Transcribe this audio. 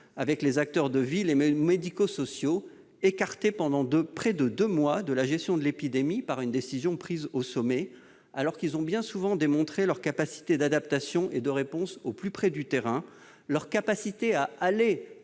avec les acteurs de ville et médico-sociaux, écartés pendant près de deux mois de la gestion de l'épidémie, par une décision prise au sommet, alors qu'ils ont bien souvent démontré leur sens de l'adaptation au plus près du terrain, leurs capacités à aller